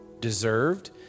deserved